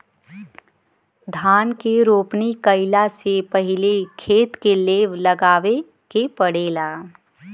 धान के रोपनी कइला से पहिले खेत के लेव लगावे के पड़ेला